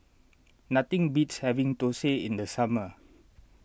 nothing beats having Thosai in the summer